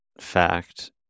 fact